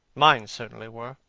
mine certainly were.